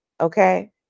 Okay